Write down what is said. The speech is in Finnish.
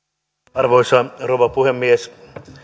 arvoisa rouva puhemies